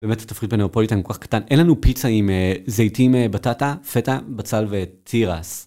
באמת התפריט בנאופוליטה עם כוח קטן, אין לנו פיצה עם זיתים, בטטה, פטה, בצל ותירס.